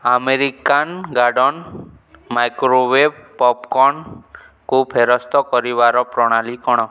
American garden microwave ପପ୍କର୍ଣ୍ଣ୍କୁ ଫେରସ୍ତ କରିବାର ପ୍ରଣାଳୀ କ'ଣ